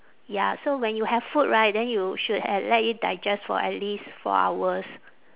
ya so when you have food right then you should h~ let it digest for at least four hours